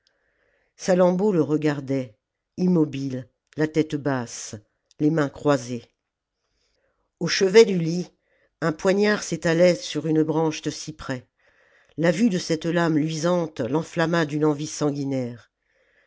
salammbô le regardait immobile la tête basse les mains croisées au chevet du lit un poignard s'étalait sur une branche de cyprès la vue de cette lame luisante l'enflamma d'une envie sanguinaire